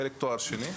חלק תואר שני,